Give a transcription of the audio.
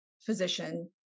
physician